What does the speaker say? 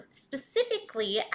Specifically